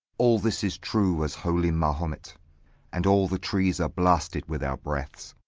all this is true as holy mahomet and all the trees are blasted with our breaths.